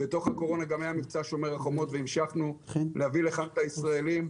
בתוך הקורונה היה גם מבצע שומר החומות והמשכנו להביא לכאן את הישראלים,